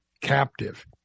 captive